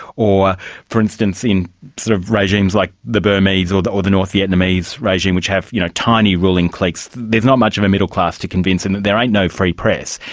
or for instance in sort of regimes like the burmese or the or the north vietnamese regime which have you know tiny ruling cliques, there's not much of a middle class to convince them, there ain't no free press,